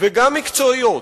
וגם מקצועיות,